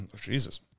Jesus